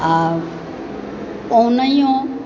आ ओनाहियो